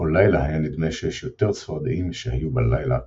ובכל לילה היה נדמה שיש יותר צפרדעים משהיו בלילה הקודם.